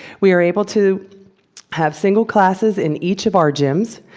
we are able to have single classes in each of our gyms,